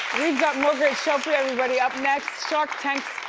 we've got more great show for everybody. up next shark tanks.